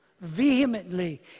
vehemently